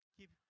Keep